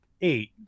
eight